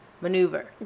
maneuver